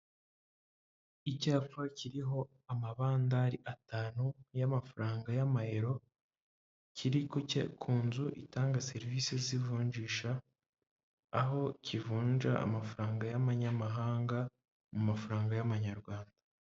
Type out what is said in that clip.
Icyapa kiriho amabandari atanu y'amafaranga y'amayero, kiri ku nzu itanga serivise z'ivunjisha aho kivunja amafaranga y'abanyamahanga mu mafaranga y'amanyarwanda.